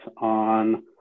on